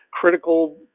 critical